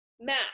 math